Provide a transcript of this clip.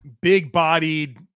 big-bodied